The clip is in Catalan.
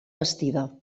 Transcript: bastida